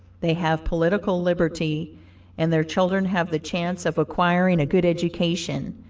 they have political liberty and their children have the chance of acquiring a good education.